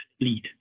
lead